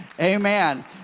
Amen